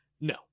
No